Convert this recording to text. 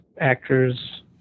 actors